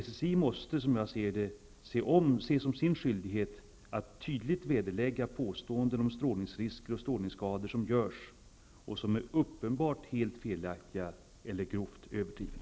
SSI måste, som jag ser det, se det som sin skyldighet att tydligt vederlägga påståenden om strålningsrisker och strålningsskador, påståenden som uppenbarligen är helt felaktiga eller grovt överdrivna.